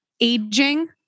aging